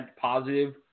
positive